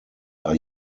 are